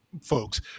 Folks